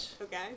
Okay